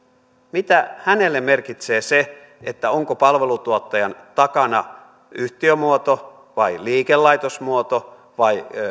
mitä hänelle merkitsee se onko palveluntuottajan takana yhtiömuoto vai liikelaitosmuoto vai